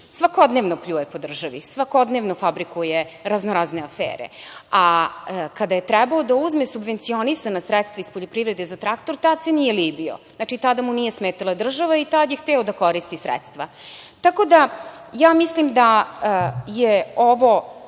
svakodnevno pljuje po državi, svakodnevno fabrikuje razno razne afere, a kada je trebao da uzme subvencionisana sredstva iz poljoprivrede za traktor tada se nije libio, tada mu nije smetala država i tada je hteo da koristi sredstva. Tako da, ja mislim da je ovo